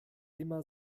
immer